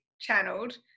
channeled